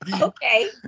Okay